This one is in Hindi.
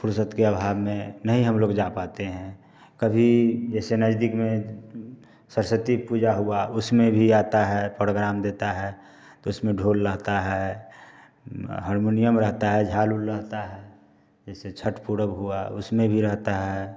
फुरसत के अभाव में नहीं हम लोग जा पाते हैं कभी जैसे नजदीक में सरस्वती पूजा हुआ उसमें भी आता है परोग्राम देता है तो उसमें ढोल लाता है हरमुनियम रहता है झाल उल रहता है जैसे छठ पर्व हुआ उसमें भी रहता है